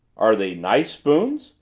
are they nice spoons?